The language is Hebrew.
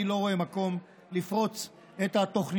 אני לא רואה מקום לפרוץ את התוכניות